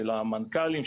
של המנכ"לים,